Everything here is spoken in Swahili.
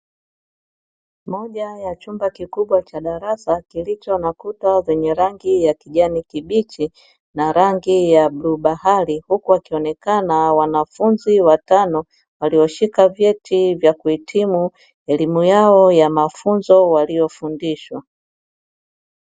Moja ya chumba kikubwa cha darasa kilicho na kuta zenye rangi ya kijani kibichi na rangi ya bluu bahari, huku wakionekana wanafunzi watano walioshika vyeti vya kuhitimu elimu yao ya mafunzo waliyofundishwa.